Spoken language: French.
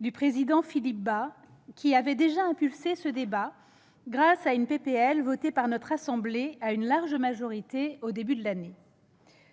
du président Philippe Bas, qui avait déjà impulsé ce débat grâce à une proposition de loi adoptée par notre assemblée, à une large majorité, au début de l'année.